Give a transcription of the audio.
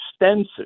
extensive